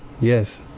yes